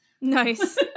Nice